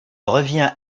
revient